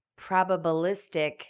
probabilistic